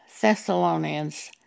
Thessalonians